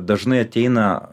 dažnai ateina